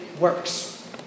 works